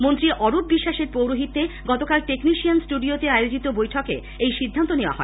মন্ত্রী অরূপ বিশ্বাসের পৌরহিত্যে গতকাল টেকনিশিয়ান স্টুডিও তে আয়োজিত এক বৈঠকে এই সিদ্ধান্ত নেওয়া হয়